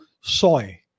soy